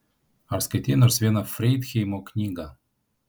ar skaitei nors vieną freidheimo knygą